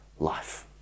Life